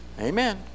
Amen